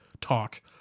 talk